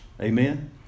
amen